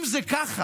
אם זה כך,